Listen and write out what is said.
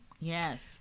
Yes